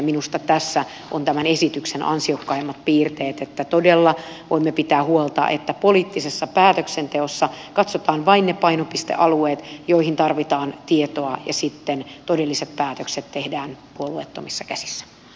minusta tässä on tämän esityksen ansiokkaimmat piirteet että todella voimme pitää huolta että poliittisessa päätöksenteossa katsotaan vain ne painopistealueet joihin tarvitaan tietoa ja sitten todelliset päätökset tehdään puolueettomissa käsissä